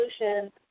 solutions